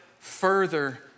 Further